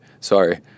sorry